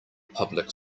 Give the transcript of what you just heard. public